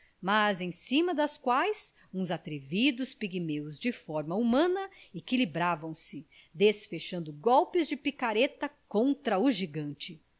mas em cima das quais uns atrevidos pigmeus de forma humana equilibravam se desfechando golpes de picareta contra o gigante